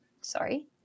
sorry